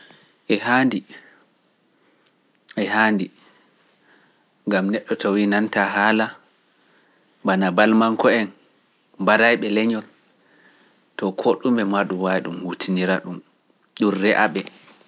E haandi, e haandi, ngam neɗɗo tawinantaa haala, bana balman ko en, mbaray ɓe leñol, to koo ɗume maa ɗum waɗi ɗum wutinira ɗum, ƴurre aɓe.